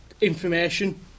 information